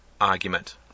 argument